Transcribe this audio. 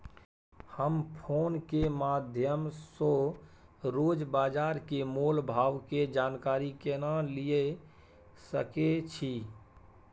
हम फोन के माध्यम सो रोज बाजार के मोल भाव के जानकारी केना लिए सके छी?